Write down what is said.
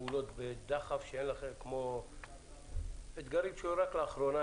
פעולות בדחף כמו אתגרים שהיו רק לאחרונה